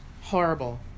Horrible